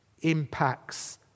impacts